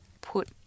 put